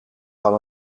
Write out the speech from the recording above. van